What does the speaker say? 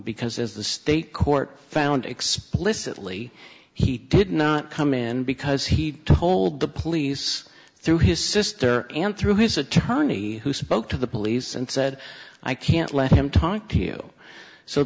because as the state court found explicitly he did not come in because he told the police through his sister and through his attorney who spoke to the police and said i can't let him talk to you so